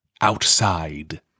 outside